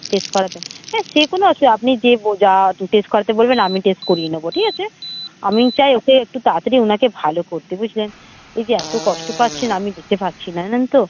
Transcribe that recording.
test করাবেন হ্যাঁ সে কোনো অসুবিধা আপনি যে যা টেস্ট করাতে বলবেন আমি টেস্ট করিয়ে নেব ঠিক আছে আমি চাই ওঁকে একটু তাড়াতাড়ি ওনাকে ভালো করতে বুঝলেন এই যে এত কষ্ট পাচ্ছে না আমি নিতে পারছি না জানেন তো